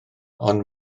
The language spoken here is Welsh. ond